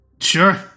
Sure